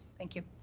thank you.